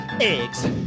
eggs